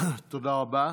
תודה רבה.